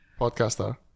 podcaster